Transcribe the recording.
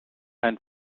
ein